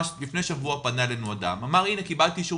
לפני שבוע פנה אלינו אדם ואמר: קיבלתי אישור